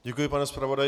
Děkuji, pane zpravodaji.